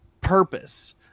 purpose